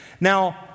Now